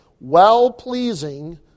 well-pleasing